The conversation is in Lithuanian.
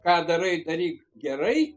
ką darai daryk gerai